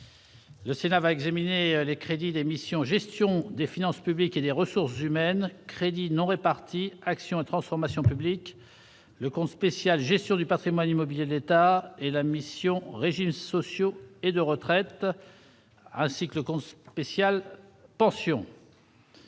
Le Sénat va examiner les crédits d'émission, gestion des finances publiques et des ressources humaines crédit non répartis action et transformation publiques le compte spécial Gestion du Patrimoine immobilier de l'État et la mission régimes sociaux et de retraite article qu'on s'spécial pension.